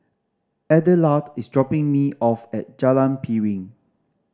Adelard is dropping me off at Jalan Piring